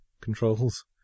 controls